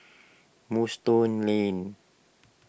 Moonstone Lane